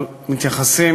אבל מתייחסים,